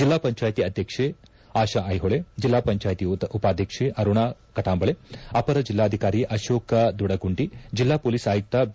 ಜಿಲ್ಲಾ ಪಂಚಾಯಿತಿ ಅಧ್ಯಕ್ಷೆ ಆಶಾ ಐಹೊಳೆ ಜಿಲ್ಲಾ ಪಂಚಾಯಿತಿ ಉಪಾಧ್ಯಕ್ಷೆ ಅರುಣಾ ಕಟಾಂಬಳೆ ಅಪರ ಜಿಲ್ಲಾಧಿಕಾರಿ ಅಶೋಕ ದುಡಗುಂಟಿ ಜಿಲ್ಲಾ ಷೊಲೀಸ್ ಆಯುಕ್ತ ಬಿ